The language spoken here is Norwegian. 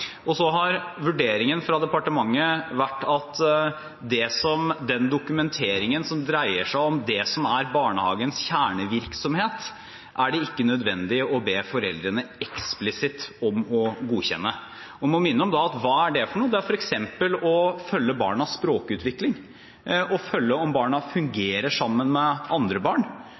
Så har vurderingen fra departementet vært at den dokumentasjonen som dreier seg om barnehagens kjernevirksomhet, er det ikke nødvendig å be foreldrene eksplisitt om å godkjenne. Jeg må da minne om hva det er: Det er f.eks. å følge barnets språkutvikling, følge med på om